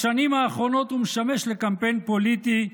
בשנים האחרונות הוא משמש לקמפיין פוליטי,